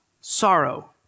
Sorrow